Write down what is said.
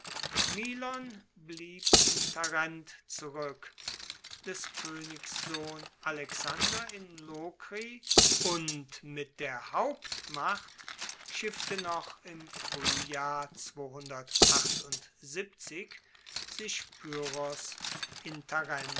blieb in tarent zurueck des koenigs sohn alexander in lokri und mit der hauptmacht schiffte noch im fruehjahr sich